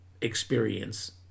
experience